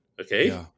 Okay